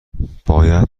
باید